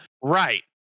right